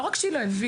לא רק שהיא לא הבינה,